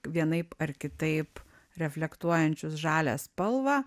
vienaip ar kitaip reflektuojančius žalią spalvą